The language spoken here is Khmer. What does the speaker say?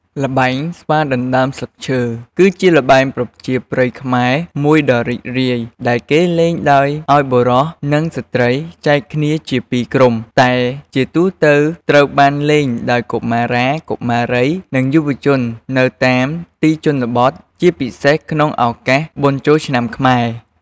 ល្បែងស្វាដណ្ដើមស្លឹកឈើ គឺជាល្បែងប្រជាប្រិយខ្មែរមួយដ៏រីករាយ ដែលគេលេងដោយឱ្យបុរស និងស្ត្រីចែកគ្នាជា២ក្រុម តែជាទូទៅត្រូវបានលេងដោយកុមារា កុមារី និងយុវជននៅតាមទីជនបទ ជាពិសេសក្នុងឱកាសបុណ្យចូលឆ្នាំខ្មែរ។